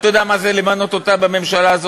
ובאנו עכשיו,